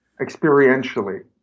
experientially